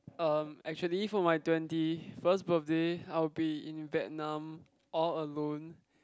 um actually for my twenty first birthday I will be in Vietnam all alone